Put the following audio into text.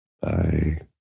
Bye